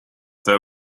there